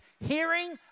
hearing